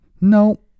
No